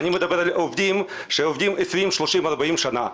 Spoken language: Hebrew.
אני מדבר על מי שעובדים 20, 30 ו-40 שנים.